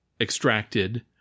extracted